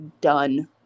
done